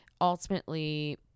ultimately